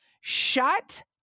shut